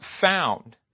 found